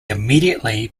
immediately